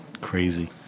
crazy